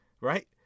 right